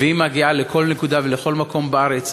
והיא מגיעה לכל נקודה ולכל מקום בארץ,